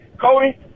Cody